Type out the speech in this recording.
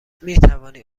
میتوانی